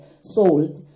sold